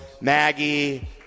Maggie